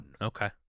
Okay